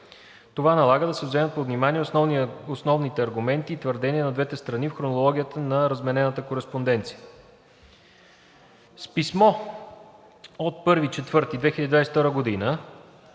Това налага да се вземат под внимание основните аргументи и твърдения на двете страни в хронологията на разменената кореспонденция: - С писмото от 1 април